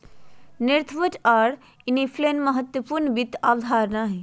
net worth आर inflation महत्वपूर्ण वित्त अवधारणा हय